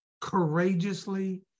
courageously